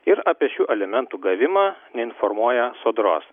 ir apie šių alimentų gavimą neinformuoja sodros